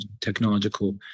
technological